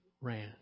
ran